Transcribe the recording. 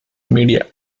media